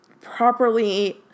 properly